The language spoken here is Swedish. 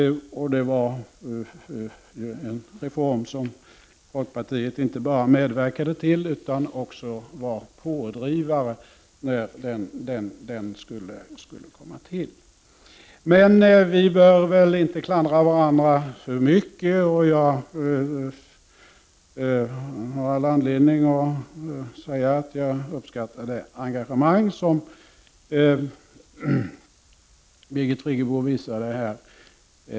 Det var en reform som folkpartiet inte bara medverkade till utan också var pådrivare till när den skulle genomföras. Men vi bör inte klandra varandra för mycket. Jag har all anledning att säga att jag uppskattar det engagemang som Birgit Friggebo visar.